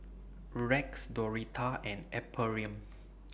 Rex Doretha and Ephriam